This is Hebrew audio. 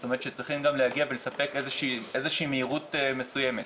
זאת אומרת שצריכים גם להגיע ולספק איזה שהיא מהירות מסוימת.